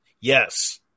Yes